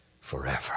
forever